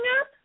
up